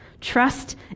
trust